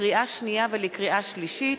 לקריאה שנייה ולקריאה שלישית: